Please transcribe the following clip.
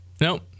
Nope